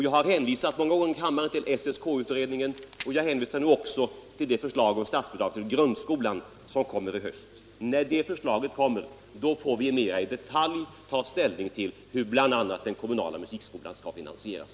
Jag har flera gånger tidigare här i kammaren hänvisat till SSK-utredningen, och jag hänvisar nu även till det förslag om statsbidrag till grundskolan som kommer i höst. När det förslaget föreligger får vi mer i detalj ta ställning till hur bl.a. den kommunala musikskolan skall finansieras.